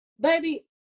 Baby